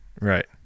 right